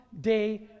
day